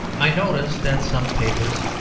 i notice that some papers,